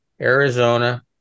Arizona